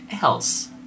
else